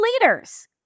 leaders